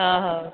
हा हा